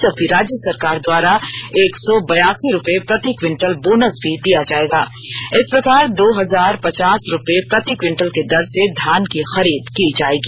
जबकि राज्य सरकार द्वारा एक सौ बयासी रुपये प्रति क्विटल बोनस भी दिया जाएगा इस प्रकार दो हजार पचास रुपये प्रति क्विटल की दर से धान की खरीद की जाएगी